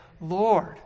Lord